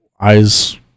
eyes